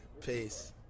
Peace